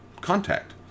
contact